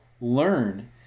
learn